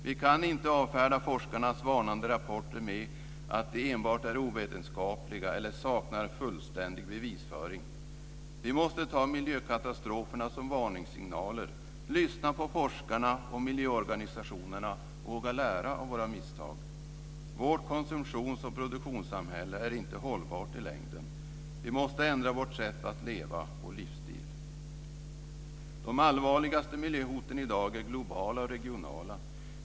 Vi kan inte avfärda forskarnas varnande rapporter med att de enbart är ovetenskapliga eller saknar fullständig bevisföring. Vi måste ta miljökatastroferna som varningssignaler, lyssna på forskarna och miljöorganisationerna och våga lära av våra misstag. Vårt konsumtions och produktionssamhälle är inte hållbart i längden. Vi måste ändra vårt sätt att leva, vår livsstil. De allvarligaste miljöhoten i dag är globala och regionala.